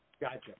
Gotcha